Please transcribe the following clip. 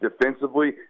defensively